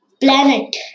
Planet